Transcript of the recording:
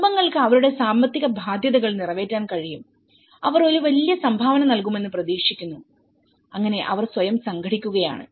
കുടുംബങ്ങൾക്ക് അവരുടെ സാമ്പത്തിക ബാധ്യതകൾ നിറവേറ്റാൻ കഴിയും അവർ ഒരു വലിയ സംഭാവന നൽകുമെന്ന് പ്രതീക്ഷിക്കുന്നു അങ്ങനെ അവർ സ്വയം സംഘടിക്കുകയാണ്